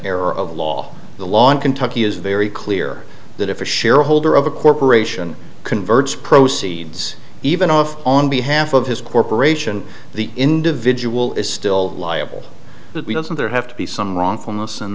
error of law the law in kentucky is very clear that if a shareholder of a corporation converts proceeds even off on behalf of his corporation the individual is still liable that we doesn't there have to be some wrongful